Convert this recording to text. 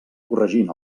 corregint